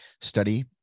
study